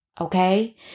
Okay